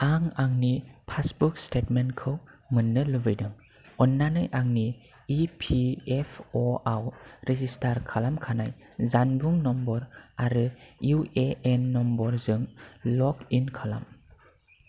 आं आंनि पासबुक स्टेटमेन्टखौ मोननो लुबैदों अननानै आंनि इ पि एफ अ आव रेजिस्टार खालामखानाय जानबुं नम्बर आरो इउ ए एन नम्बरजों लग इन खालाम